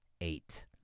eight